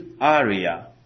area